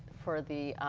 for the